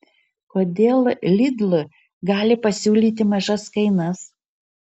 kodėl lidl gali pasiūlyti mažas kainas